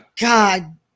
god